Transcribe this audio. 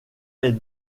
est